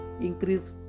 Increase